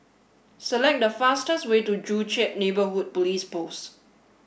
select the fastest way to Joo Chiat Neighbourhood Police Post